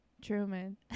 Truman